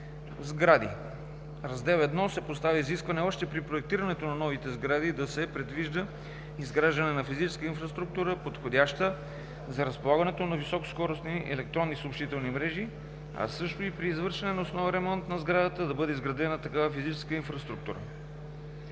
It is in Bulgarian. сгради“. В Раздел I се поставя изискване още при проектирането на новите сгради да се предвижда изграждане на физическа инфраструктура, подходяща за разполагането на високоскоростни електронни съобщителни мрежи, а също и при извършване на основен ремонт на сградата, да бъде изградена такава физическа инфраструктура.